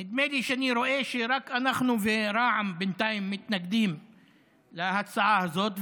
נדמה לי שאני רואה שרק אנחנו ורע"מ בינתיים מתנגדים להצעה הזאת,